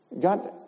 God